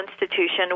institution